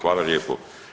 Hvala lijepo.